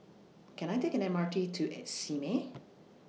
Can I Take M R T to Simei